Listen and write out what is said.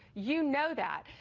you know that.